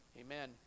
amen